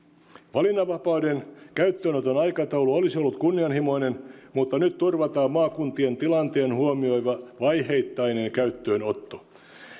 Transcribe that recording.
valinnanvapauden käyttöönoton aikataulu olisi ollut kunnianhimoinen mutta nyt turvataan maakuntien tilanteen huomioiva vaiheittainen käyttöönotto